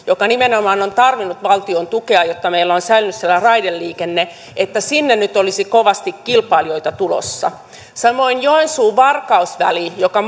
joka nimenomaan on tarvinnut valtion tukea jotta meillä on säilynyt siellä raideliikenne nyt olisi kovasti kilpailijoita tulossa samoin joensuu varkaus väli joka